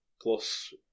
Plus